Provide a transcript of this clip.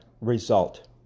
result